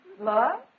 Love